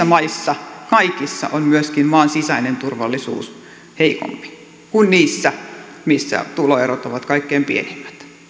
maissa kaikissa on myöskin maan sisäinen turvallisuus heikompi kuin niissä maissa missä tuloerot ovat kaikkein pienimmät